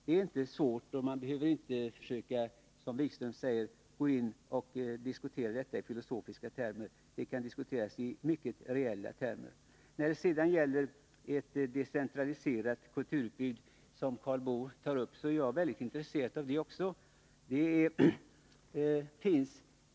Det är inte svårt att förstå, och man behöver inte, som Jan-Erik Wikström gör, diskutera detta i filosofiska termer. Det kan diskuteras i reella termer. Karl Boo talade om ett decentraliserat kulturutbud. Också jag är mycket intresserad av det.